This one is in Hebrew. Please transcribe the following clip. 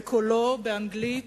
בקולו, באנגלית,